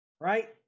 right